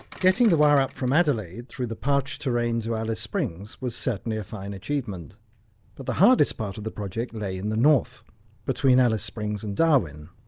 getting the wire up from adelaide through the parched terrains alice springs was certainly a fine achievement but the hardest part of the project lay in the north between alice springs and darwin.